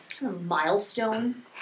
milestone